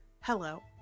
Hello